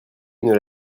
une